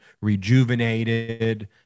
rejuvenated